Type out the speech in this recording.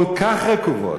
כל כך רקובות,